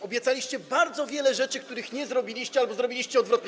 Obiecaliście bardzo wiele rzeczy, których nie zrobiliście albo zrobiliście odwrotnie.